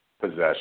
possession